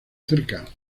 cerca